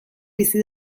bizi